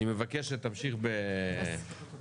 אני מבקש שתמשיך בסקירה.